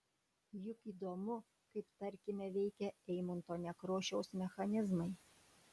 juk įdomu kaip tarkime veikia eimunto nekrošiaus mechanizmai